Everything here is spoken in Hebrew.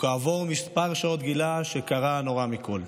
וכעבור כמה שעות גילה שקרה הנורא מכול.